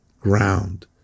ground